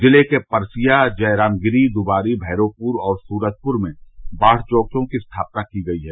जिले के परसिया जयरामगिरि दुबारी भैरोपुर और सूरजपुर में बाढ़ चौकियों की स्थापना की गई है